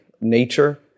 nature